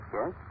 Yes